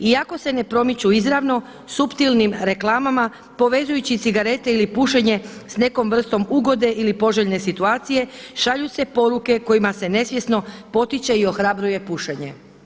Iako se ne promiču izravno suptilnim reklama povezujući cigarete ili pušenje s nekom vrstom ugode ili poželjne situacije šalju se poruke kojima se nesvjesno potiče i ohrabruje pušenje.